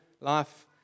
life